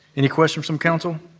any questions from council?